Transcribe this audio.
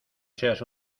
seas